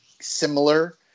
similar